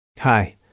Hi